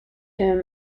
him